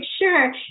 sure